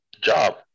job